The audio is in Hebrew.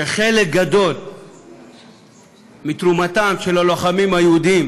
שחלק גדול מתרומתם של הלוחמים היהודים,